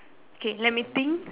okay let me think